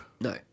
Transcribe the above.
No